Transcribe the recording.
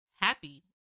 happy